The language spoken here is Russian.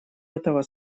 этого